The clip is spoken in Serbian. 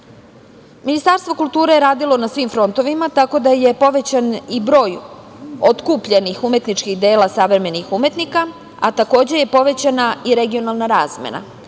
kulture. Ministarstvo kulture je radilo na svim frontovima, tako da je povećan i broj otkupljenih umetničkih dela savremenih umetnika, a takođe je povećana i regionalna razmena.